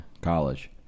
college